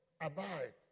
abide